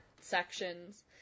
sections